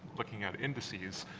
looking at indices.